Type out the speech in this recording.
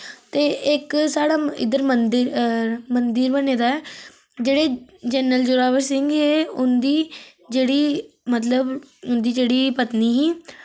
ते इक साढ़ा इद्धर मंदिर मंदिर बने दा ऐ जेह्ड़े जनरल जोरावर सिंह हे उं'दी जेह्ड़ी मतलब उं'दी जेह्ड़ी पत्नी ही